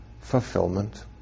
fulfillment